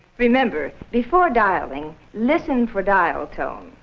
remember, before dialing, listen for dial tone.